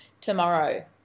tomorrow